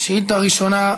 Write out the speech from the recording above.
שאילתה ראשונה,